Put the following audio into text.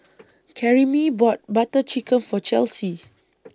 Karyme bought Butter Chicken For Chelsy